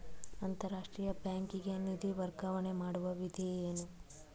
ಅಂತಾರಾಷ್ಟ್ರೀಯ ಬ್ಯಾಂಕಿಗೆ ನಿಧಿ ವರ್ಗಾವಣೆ ಮಾಡುವ ವಿಧಿ ಏನು?